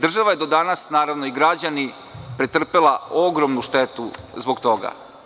Država je do danas, naravno i građani, pretrpela ogromnu štetu zbog toga.